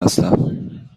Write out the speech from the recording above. هستم